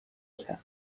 کرد